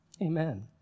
Amen